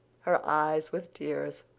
her eyes with tears.